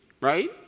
Right